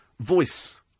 voice